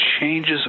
changes